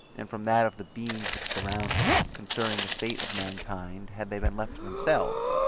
and from that of the beings which surround him, concerning the fate of mankind, had they been left to themselves.